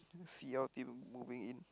C_L team moving in